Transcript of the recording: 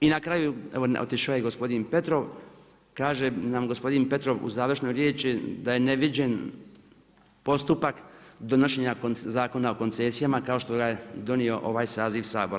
I na kraju, evo otišao je i gospodin Petrov, kaže nam gospodin Petrov u završnoj riječi da je neviđen postupak donošenja Zakona o koncesijama, kao što ga je donio ovaj saziv Sabora.